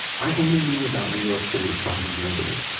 i only knew about new york city from the movies.